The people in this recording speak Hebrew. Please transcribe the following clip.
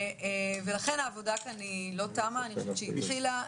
לכן העבודה כאן לא תמה, אני חושבת שהיא התחילה.